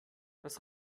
das